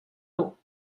dur